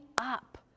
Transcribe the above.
up